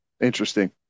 Interesting